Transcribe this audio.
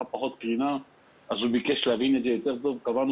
קרינה אז הוא ביקש להבין את זה טוב יותר וקבענו